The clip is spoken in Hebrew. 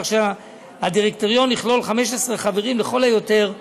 כך שהדירקטוריון יכלול 15 חברים לכל היותר,